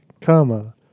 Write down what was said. comma